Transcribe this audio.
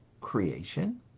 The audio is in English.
creation